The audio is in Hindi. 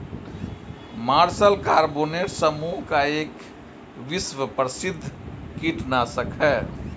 मार्शल कार्बोनेट समूह का एक विश्व प्रसिद्ध कीटनाशक है